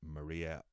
Maria